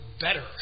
better